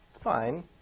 fine